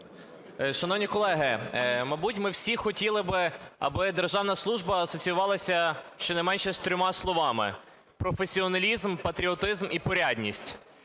Шановні колеги, мабуть, ми всі хотіли б, аби державна служба асоціювалася щонайменше з трьома словами: професіоналізм, патріотизм і порядність.